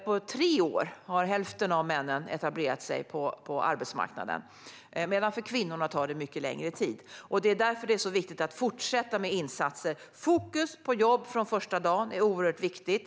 Efter tre år har hälften av männen etablerat sig på arbetsmarknaden, medan det tar mycket längre tid för kvinnorna. Det är därför det är viktigt att fortsätta med insatser. Fokus på jobb från första dagen är oerhört viktigt.